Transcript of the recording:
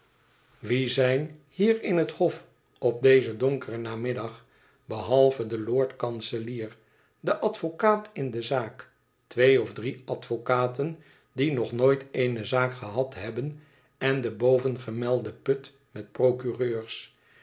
wie zijn hier in het hof op dezen donkeren namiddag behalve de lord kanselier de advocaat in de zaak twee of drie advocaten die nog nooit eene zaak gehad hebben en de bovengemelde put met procureurs